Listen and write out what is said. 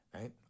Right